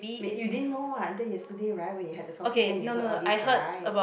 wait you didn't know ah until yesterday right when you had the softee then you heard all this right